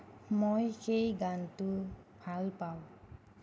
মই সেই গানটো ভাল পাওঁ